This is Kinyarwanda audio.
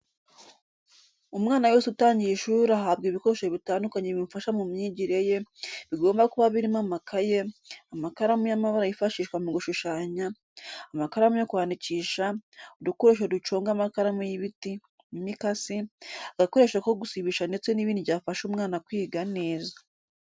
Umwana wese utangiye ishuri ahabwa ibikoresho bitandukanye bimufasha mu myigire ye, bigomba kuba birimo amakaye, amakaramu y'amabara yifashishwa mu gushushanya, amakaramu yo kwandikisha, udukoresho duconga amakaramu y'ibiti, imikasi, agakoresho ko gusibisha ndetse n'ibindi byafasha umwana kwiga neza.